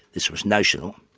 this was notional,